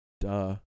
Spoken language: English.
duh